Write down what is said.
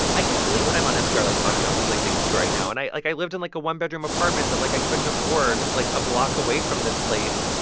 i can't believe that i'm on npr, like, talking about these, like, things to you right now. and, like, i lived in, like, a one-bedroom apartment that, like, i couldn't afford, like, a block away from this place.